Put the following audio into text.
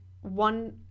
one